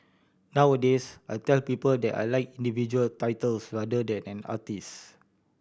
nowadays I tell people that I like individual titles rather than an artist